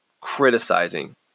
criticizing